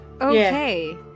Okay